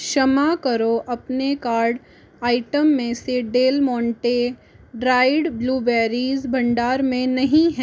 क्षमा करो अपने कार्ट आइटम मे से डेल मोंटे ड्राइड ब्लूबेरीज़ भंडार में नहीं है